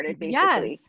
Yes